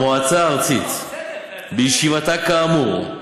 המועצה הארצית, בסדר, בישיבתה כאמור,